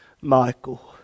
Michael